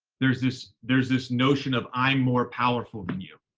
there's this, there's this notion of i'm more powerful than you.